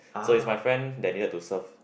so is my friend they needed to serve